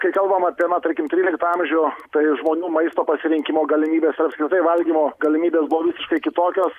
kai kalbam apie na tarkim tryliktą amžių tai žmonių maisto pasirinkimo galimybės ir apskritai valgymo galimybės buvo visiškai kitokios